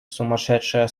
сумасшедшая